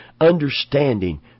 understanding